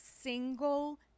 single